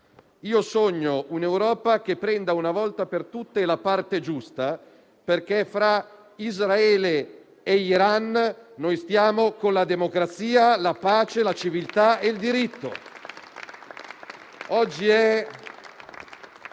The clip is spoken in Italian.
sogno un'Europa che prenda una volta per tutte la parte giusta, perché fra Israele e Iran stiamo con la democrazia, la pace, la civiltà e il diritto.